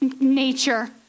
nature